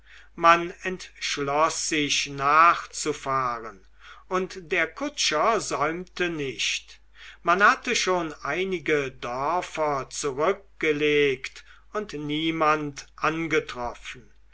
man entschloß sich nachzufahren und der kutscher säumte nicht man hatte schon einige dörfer zurückgelegt und niemand angetroffen